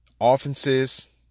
offenses